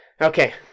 Okay